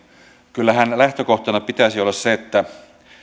kyllähän lähtökohtana pitäisi olla se että